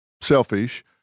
selfish